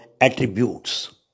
attributes